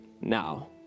now